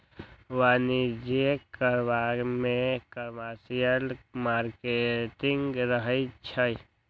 वाणिज्यिक करजा में कमर्शियल मॉर्टगेज रहै छइ